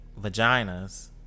vaginas